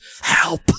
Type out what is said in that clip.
help